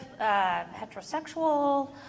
heterosexual